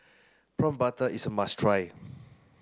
prawn butter is a must try